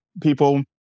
people